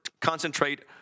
concentrate